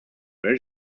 where